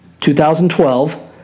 2012